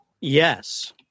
yes